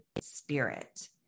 spirit